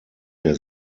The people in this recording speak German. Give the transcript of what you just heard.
der